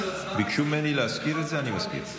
ביקשו ממני להזכיר את זה, אני מזכיר.